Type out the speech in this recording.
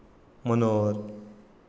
Manohar